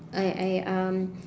I I um